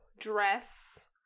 dress